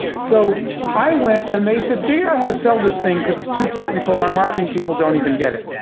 so i went, and they said, figure out how to sell this thing, because it's too technical and our marketing people don't even get it.